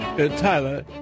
Tyler